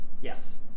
Yes